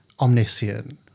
omniscient